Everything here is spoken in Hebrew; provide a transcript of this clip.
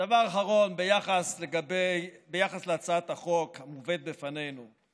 דבר אחרון, ביחס להצעת החוק המובאת בפנינו.